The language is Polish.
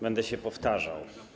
Będę się powtarzał.